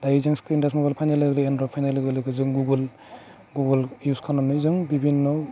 दायो जों screen touch mobile फैनाय लोगो लोगो एनरयड फैनाय लोगो लोगो जों गुगोल गुगोल इउस खालामनायजों बिबिन्न'